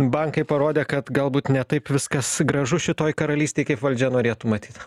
bankai parodė kad galbūt ne taip viskas gražu šitoj karalystėj kaip valdžia norėtų matyt